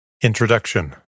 Introduction